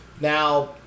Now